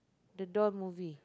the doll movie